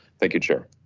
thank you chair.